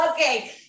Okay